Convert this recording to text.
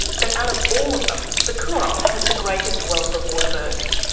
but out of all of them the coorong has the greatest wealth of waterbirds.